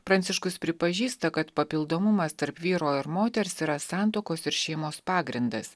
pranciškus pripažįsta kad papildomumas tarp vyro ir moters yra santuokos ir šeimos pagrindas